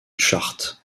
chart